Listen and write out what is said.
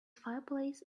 fireplace